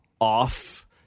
off